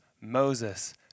Moses